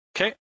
Okay